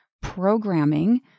programming